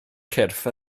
cyrff